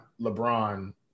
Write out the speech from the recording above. LeBron